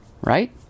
right